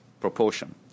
proportion